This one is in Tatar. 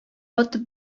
атып